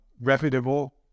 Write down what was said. reputable